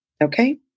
Okay